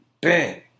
bang